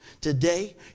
Today